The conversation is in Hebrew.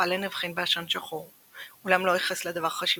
פאלן הבחין בעשן שחור, אולם לא ייחס לדבר חשיבות.